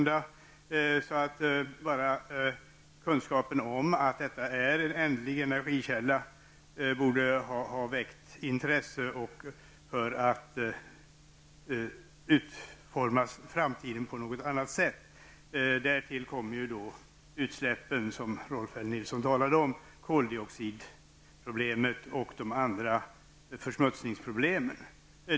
Bara kunskapen om att detta är en ändlig energikälla borde ha väckt intresse för att utforma den framtida trafiken på ett annat sätt. Därtill kommer de utsläpp som Rolf L Nilson talat om, koldioxidproblemet och de övriga försmutsningsproblemen.